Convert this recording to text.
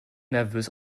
nervös